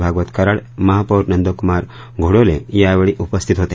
भागवत कराड महापौर नंदकुमार घोडेले यावेळी उपस्थित होते